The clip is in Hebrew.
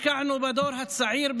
במיוחד השקענו בדור הצעיר,